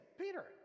peter